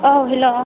औ हेल्ल'